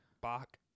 Bach